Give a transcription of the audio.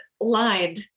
lied